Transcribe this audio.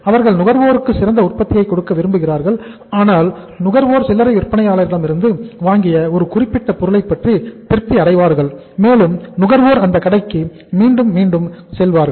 அவர்கள் நுகர்வோருக்கு சிறந்த உற்பத்தியை கொடுக்க விரும்புகிறார்கள் அதனால் நுகர்வோர் சில்லறை விற்பனையாளரிடம் இருந்து வாங்கிய ஒரு குறிப்பிட்ட பொருளை பற்றி திருப்தி அடைவார்கள் மேலும் நுகர்வோர் அந்த கடைக்கு மீண்டும் மீண்டும் செல்வார்கள்